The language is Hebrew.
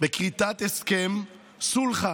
בכריתת הסכם סולחה